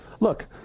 Look